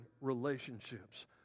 relationships